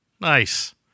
Nice